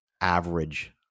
average